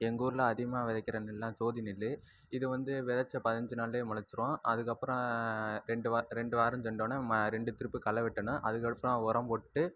எங்கள் ஊரில் அதிகமாக விதைக்கிற நெல்னால் ஜோதி நெல் இது வந்து விதைச்ச பயஞ்சு நாளிலே முளைச்சிரும் அதுக்கப்புறம் ரெண்டு வா ரெண்டு வாரம் சென்றோன ம ரெண்டு டிரிப்பு களை வெட்டணும் அதுக்கடுத்துதான் உரம் போட்டுவிட்டு